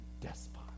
despot